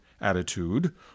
attitude